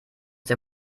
der